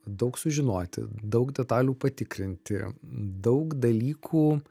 daug sužinoti daug detalių patikrinti daug dalykų